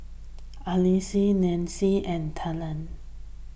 Alyse Nancie and Tegan